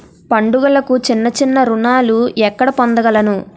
పండుగలకు చిన్న చిన్న రుణాలు ఎక్కడ పొందగలను?